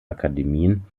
akademien